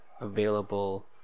available